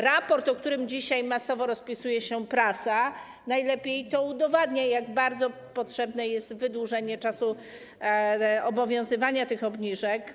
Raport, o którym dzisiaj masowo rozpisuje się prasa, najlepiej udowadnia, jak bardzo potrzebne jest wydłużenie czasu obowiązywania tych obniżek.